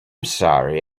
sorry